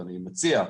אני מציע,